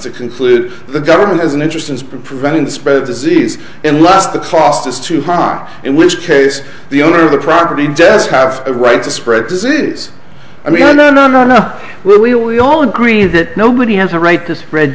to conclude the government has an interest in preventing the spread of disease and less the cost is too high in which case the owner of the property does have a right to spread disease i mean no no no no will we all agree that nobody has a right to spread